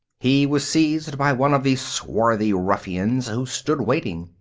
he was seized by one of the swarthy ruffians who stood waiting.